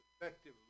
effective